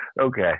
Okay